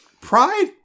Pride